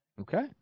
Okay